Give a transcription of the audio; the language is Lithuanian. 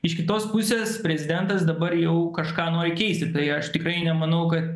iš kitos pusės prezidentas dabar jau kažką nori keisti tai aš tikrai nemanau kad